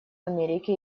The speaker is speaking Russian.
америки